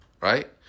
Right